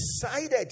decided